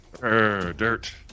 Dirt